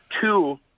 Two